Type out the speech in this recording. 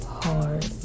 hard